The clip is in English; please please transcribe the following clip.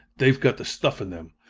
they've got the stuff in them!